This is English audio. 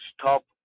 stop